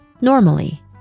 normally